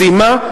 סיימה,